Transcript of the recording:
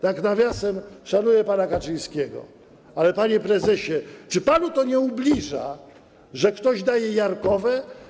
Tak nawiasem mówiąc, szanuję pana Kaczyńskiego, ale, panie prezesie, czy panu to nie ubliża, że ktoś daje jarkowe?